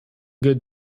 good